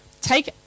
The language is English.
Take